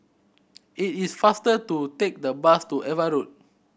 it is faster to take the bus to Ava Road